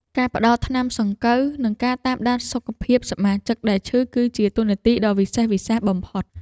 ការផ្តល់ថ្នាំសង្កូវ និងការតាមដានសុខភាពសមាជិកដែលឈឺ គឺជាតួនាទីដ៏វិសេសវិសាលបំផុត។